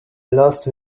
last